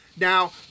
Now